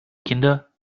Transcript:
kinder